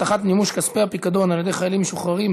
הבטחת מימוש כספי הפיקדון על-ידי חיילים משוחררים),